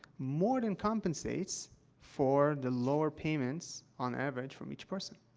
more than compensates for the lower payments, on average, from each person.